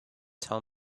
tell